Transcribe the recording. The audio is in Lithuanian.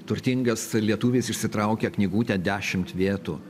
turtingas lietuvis išsitraukė knygutę dešimt vietų